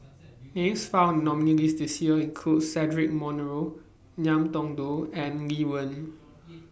Names found in nominees' list This Year include Cedric Monteiro Ngiam Tong Dow and Lee Wen